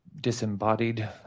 disembodied